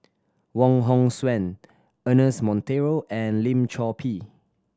Wong Hong Suen Ernest Monteiro and Lim Chor Pee